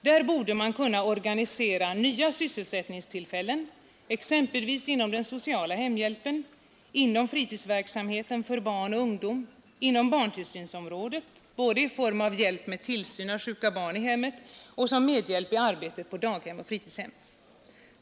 Där borde man kunna organisera nya sysselsättningstillfällen exempelvis inom den sociala hemhjälpen, inom fritidsverksamheten för barn och ungdom, inom barntillsynsområdet både i form av hjälp med tillsyn av sjuka barn i hemmet och som medhjälpare i arbetet på daghem och fritidshem.